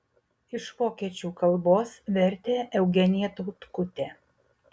iš vokiečių kalbos vertė eugenija tautkutė